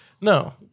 no